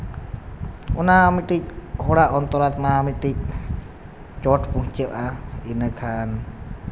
ᱚᱱᱟ ᱢᱤᱫᱴᱤᱡ ᱢᱤᱫᱴᱤᱡ ᱤᱱᱟᱹᱠᱷᱟᱱ